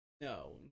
no